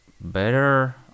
better